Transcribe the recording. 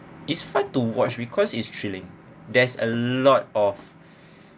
it's fun to watch because it's thrilling there's a lot of